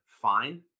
fine